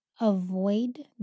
avoid